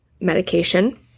medication